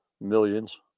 millions